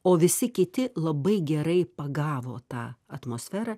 o visi kiti labai gerai pagavo tą atmosferą